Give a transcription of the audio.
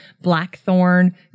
blackthorn